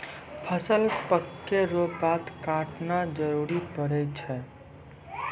फसल पक्कै रो बाद काटना जरुरी पड़ै छै